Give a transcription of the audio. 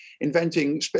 inventing